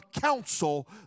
counsel